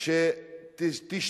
את זה,